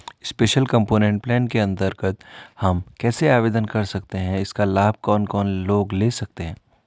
Special component plan के अन्तर्गत हम कैसे आवेदन कर सकते हैं इसका लाभ कौन कौन लोग ले सकते हैं?